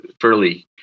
fairly